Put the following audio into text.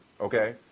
okay